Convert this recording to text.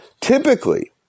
Typically